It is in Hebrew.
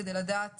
כדי לדעת